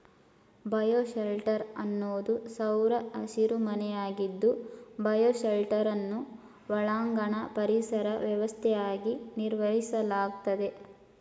bioshelter ಅನ್ನೋದು ಸೌರ ಹಸಿರುಮನೆಯಾಗಿದ್ದು ಬಯೋಶೆಲ್ಟರನ್ನು ಒಳಾಂಗಣ ಪರಿಸರ ವ್ಯವಸ್ಥೆಯಾಗಿ ನಿರ್ವಹಿಸಲಾಗ್ತದೆ